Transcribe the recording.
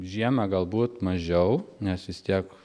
žiemą galbūt mažiau nes vis tiek